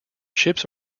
chips